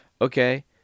okay